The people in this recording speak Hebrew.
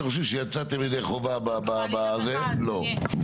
בנוסף, אני פונה למשרד המשפטים, כן, אתם.